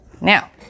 Now